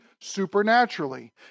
supernaturally